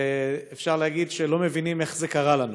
אפשר להגיד שלא מבינים איך זה קרה לנו,